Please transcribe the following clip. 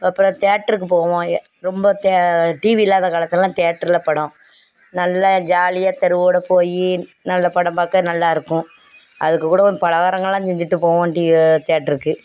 அப்புறம் தேட்டருக்கு போவோம் ஏ ரொம்ப தே டிவி இல்லாத காலத்துலெல்லாம் தேட்டரில் படம் நல்லா ஜாலியாக தெருவோடு போய் நல்ல படம் பார்க்க நல்லாயிருக்கும் அதுக்கு கூடவும் பலகாரங்களெலாம் செஞ்சுட்டு போவோம் டி தேட்டருக்கு